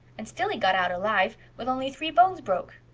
and still he got out alive, with only three bones broke.